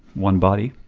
one body.